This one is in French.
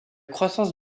croissance